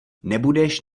nebudeš